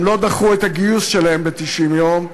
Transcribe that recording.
הם לא דחו את הגיוס שלהם ב-90 יום,